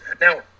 Now